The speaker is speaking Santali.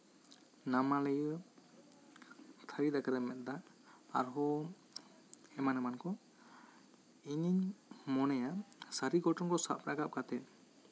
ᱱᱟᱢᱟᱞᱤᱭᱟᱹ ᱛᱷᱟᱹᱨᱤ ᱫᱟᱠᱟᱨᱮ ᱢᱮᱫ ᱫᱟᱜ ᱟᱨᱦᱚᱸ ᱮᱢᱟᱱ ᱮᱢᱟᱱ ᱠᱚ ᱤᱧᱤᱧ ᱢᱚᱱᱮᱭᱟ ᱥᱟᱹᱨᱤ ᱜᱷᱚᱴᱚᱱ ᱠᱚ ᱥᱟᱵ ᱨᱟᱠᱟᱵᱽ ᱠᱟᱛᱮᱫ